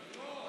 ג.